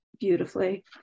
beautifully